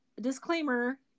disclaimer